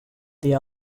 the